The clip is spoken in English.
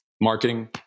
marketing